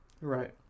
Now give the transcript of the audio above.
right